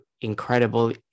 incredible